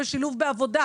בשילוב בעבוד,